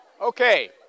Okay